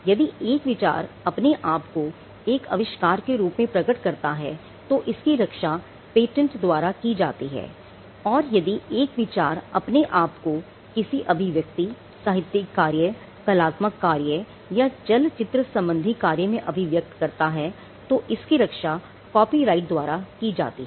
यदि एक विचार अपने आप को एक अविष्कार के रूप में प्रकट करता है तो इसकी रक्षा पेटेंट द्वारा की जाती है और यदि एक विचार अपने आप को किसी अभिव्यक्ति साहित्य कार्य कलात्मक कार्य या चलचित्र संबंधी कार्य में अभिव्यक्त करता है तो इसकी रक्षा कॉपीराइट द्वारा की जाती है